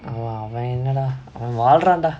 !wah! why another wild run lah